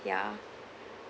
ya